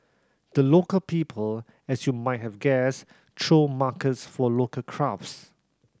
the Local People as you might have guessed throw markets for local crafts